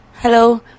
Hello